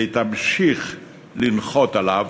והיא תמשיך לנוח עליו